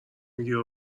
میگیره